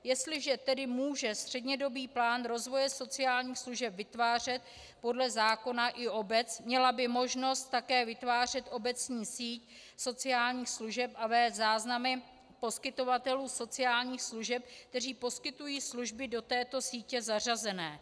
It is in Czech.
Jestliže tedy může střednědobý plán rozvoje sociálních služeb vytvářet podle zákona i obec, měla by možnost také vytvářet obecní síť sociálních služeb a vést záznamy poskytovatelů sociálních služeb, kteří poskytují služby do této sítě zařazené.